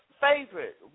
favorite